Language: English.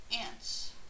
ants